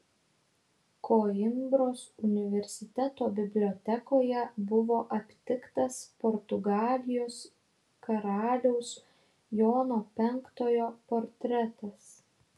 koimbros universiteto bibliotekoje buvo aptiktas portugalijos karaliaus jono penktojo portretas